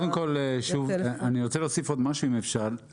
אם אפשר,